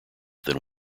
than